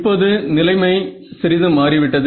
இப்போது நிலைமை சிறிது மாறிவிட்டது